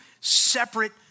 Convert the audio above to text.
separate